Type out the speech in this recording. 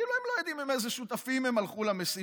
כאילו הם לא יודעים עם איזה שותפים הם הלכו למשימה.